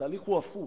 התהליך הפוך,